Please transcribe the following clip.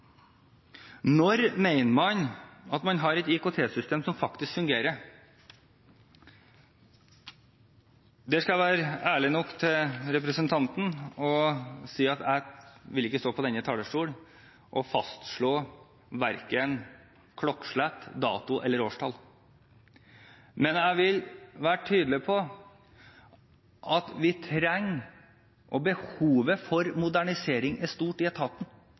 Når mener man at man har et IKT-system som faktisk fungerer? Jeg skal være ærlig nok overfor representanten å si at jeg ikke vil stå på denne talerstolen og fastslå verken klokkeslett, dato eller årstall. Men jeg vil være tydelig på at behovet for modernisering er stort i etaten.